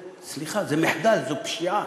סליחה, זה מחדל, זו פשיעה.